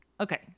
Okay